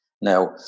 Now